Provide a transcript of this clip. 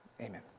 amen